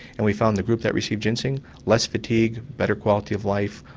and we found the group that received ginseng less fatigued, better quality of life,